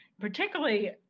particularly